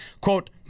quote